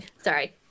Sorry